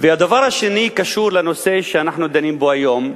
הדבר השני קשור לנושא שאנחנו דנים בו היום,